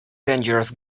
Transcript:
dangerous